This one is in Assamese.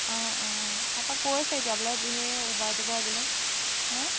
অঁ অঁ তাৰপৰা কৈছে এতিয়া বোলে ধেৰ বোলে হা